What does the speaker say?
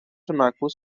معکوس